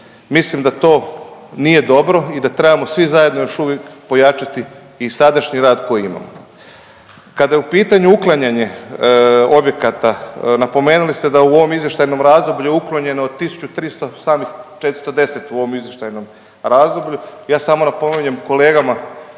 Mislim da to nije dobro i da trebamo svi zajedno još uvijek pojačati i sadašnji rad koji imamo. Kada je u pitanju uklanjanje objekata, napomenuli ste da je u ovom izvještajnom razdoblju uklonjeno 1300, samih 410 u ovom izvještajnom razdoblju. Ja samo napominjem kolegama